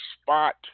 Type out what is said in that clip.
spot